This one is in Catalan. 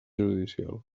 judicial